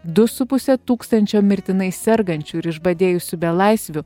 du su puse tūkstančio mirtinai sergančių ir išbadėjusių belaisvių